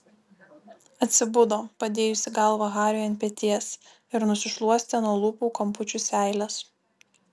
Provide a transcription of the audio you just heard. atsibudo padėjusi galvą hariui ant peties ir nusišluostė nuo lūpų kampučių seiles